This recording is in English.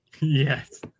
Yes